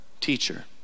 teacher